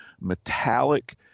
metallic